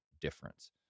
difference